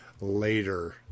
later